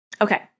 Okay